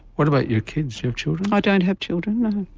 what about your kids, your children? i don't have children no,